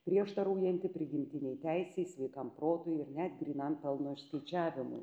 prieštaraujanti prigimtinei teisei sveikam protui ir net grynam pelno išskaičiavimui